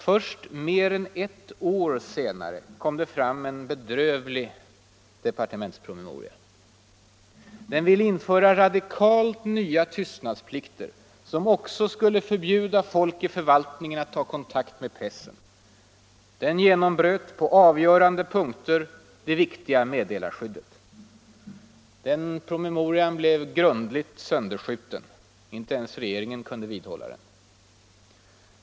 Först mer än ett år senare kom det fram en bedrövlig departementspromemoria. Den ville införa radikalt nya tystnadsplikter, som också skulle förbjuda folk i förvaltningen att ta kontakt med pressen. Promemorian genombröt på avgörande punkter det viktiga meddelarskyddet. Den blev grundligt sönderskjuten — inte ens regeringen kunde vidhålla den.